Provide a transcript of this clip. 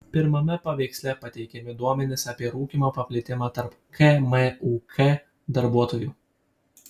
pirmame paveiksle pateikiami duomenys apie rūkymo paplitimą tarp kmuk darbuotojų